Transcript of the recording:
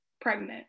pregnant